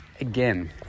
again